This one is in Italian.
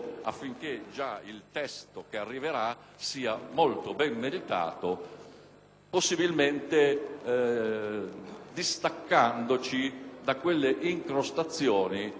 possibilmente distaccandoci dalle incrostazioni che si sono create nel tempo.